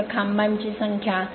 of paths खांबाची संख्या no